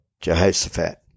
Jehoshaphat